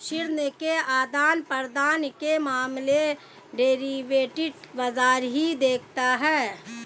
ऋण के आदान प्रदान के मामले डेरिवेटिव बाजार ही देखता है